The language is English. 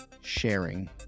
sharing